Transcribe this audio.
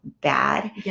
bad